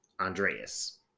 andreas